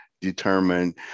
determine